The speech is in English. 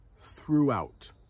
throughout